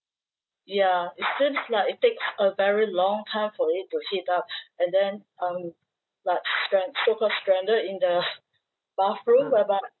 ya it's just like it takes a very long time for it to heat up and then um like stran~ so call stranded in the bathroom whereby